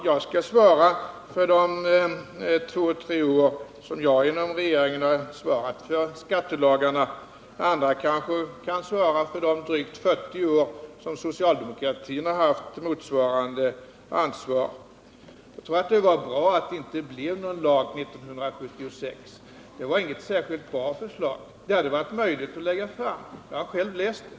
Jag skall svara för de två tre år som jag inom regeringen haft hand om skattelagarna. Andra kanske kan svara för de drygt 40 år som socialdemokratin haft motsvarande ansvar. Jag tror att det var bra att det inte blev någon lag 1976. Det förslag som då fanns var inte något särskilt bra förslag. Det hade varit möjligt att lägga fram det — jag har själv läst det.